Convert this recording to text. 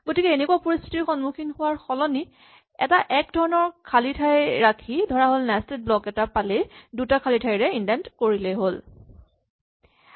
গতিকে এনেকুৱা পৰিস্হিতিৰ সম্মুখীন হোৱাৰ সলনি এটা এক ধৰণৰ খালী ঠাই ৰাখি ধৰাহ'ল নেস্টেড ব্লক এটা পালেই দুটা খালী ঠাইৰে ইন্ডেন্ট কৰিলেই হ'ল